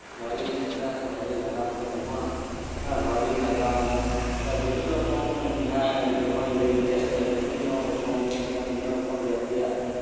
ᱢᱟᱨᱤ ᱤᱛᱤᱦᱟᱸᱥ ᱥᱮ ᱢᱟᱨᱤ ᱱᱟᱜᱟᱢ ᱠᱚ ᱧᱟᱢᱚᱜᱼᱟ ᱦᱮᱸ ᱢᱟᱨᱤ ᱱᱟᱜᱟᱢ ᱵᱤᱵᱷᱤᱱᱱᱚ ᱨᱚᱠᱚᱢ ᱡᱦᱟᱸ ᱵᱤᱫᱽᱫᱨᱳᱦᱚᱧ ᱞᱟᱹᱭ ᱠᱮᱫ ᱥᱮ ᱵᱤᱵᱷᱤᱱᱱᱚ ᱨᱚᱠᱚᱢ ᱢᱩᱵᱷᱢᱮᱱᱴ ᱵᱤᱵᱷᱤᱱᱱᱚ ᱨᱚᱠᱚᱢ ᱡᱟᱛᱤᱭᱟᱜ